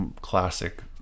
classic